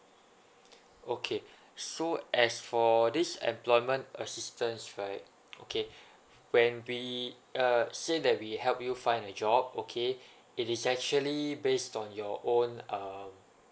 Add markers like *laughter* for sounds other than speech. okay so as for this employment assistance right okay *breath* when we uh say that we help you find a job okay it is actually based on your own err